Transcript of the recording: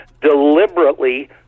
deliberately